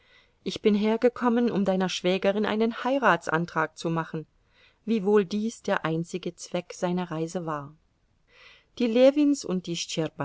ich bin hergekommen um deiner schwägerin einen heiratsantrag zu machen wiewohl dies der einzige zweck seiner reise war die ljewins und die